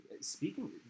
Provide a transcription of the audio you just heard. Speaking